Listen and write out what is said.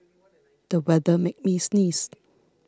the weather made me sneeze